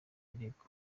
birego